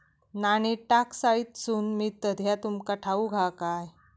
नाणी टांकसाळीतसून मिळतत ह्या तुमका ठाऊक हा काय